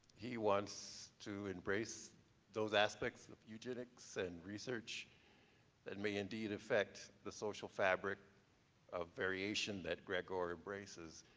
he wants to embrace those aspects of eugenics and research and may indeed affect the social fabric of variation that gregor embraces.